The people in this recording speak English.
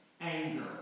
anger